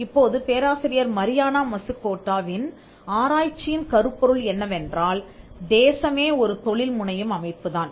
இப்போது பேராசிரியர் மரியானா மசுகாட்டோவின் ஆராய்ச்சியின் கருப்பொருள் என்னவென்றால் தேசமே ஒரு தொழில்முனையும் அமைப்புதான்